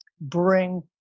bring